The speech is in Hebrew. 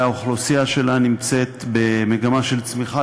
והאוכלוסייה שלה נמצאת במגמה של צמיחה